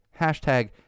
hashtag